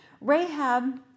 Rahab